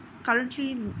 currently